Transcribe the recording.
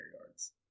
yards